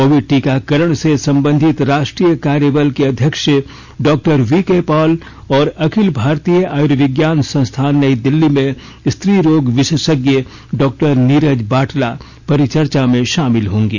Covid टीकाकरण से संबंधित राष्ट्रीय कार्यबल के अध्यक्ष डॉक्टर वीके पॉल और अखिल भारतीय आर्युविज्ञान संस्थान नई दिल्ली में स्त्री रोग विशेषज्ञ डॉक्टर नीरज बाटला परिचर्चा में शामिल होंगे